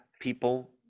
people